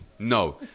no